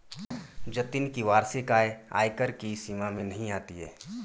जतिन की वार्षिक आय आयकर की सीमा में नही आती है